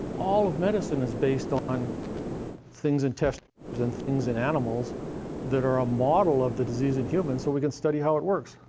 all of medicine is based on things in test tubes and things in animals that are a model of the disease in humans, so we can study how it works,